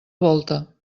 volta